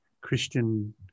Christian